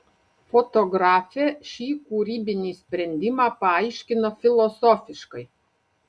fotografė šį kūrybinį sprendimą paaiškina filosofiškai